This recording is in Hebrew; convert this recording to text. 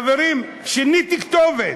חברים, שיניתי כתובת,